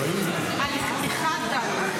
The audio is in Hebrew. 1 ד'.